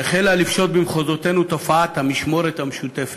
החלה לפשוט במחוזותינו תופעת המשמורת המשותפת,